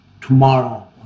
tomorrow